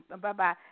Bye-bye